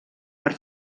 per